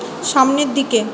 সামনের দিকে